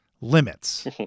limits